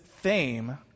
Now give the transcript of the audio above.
fame